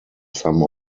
some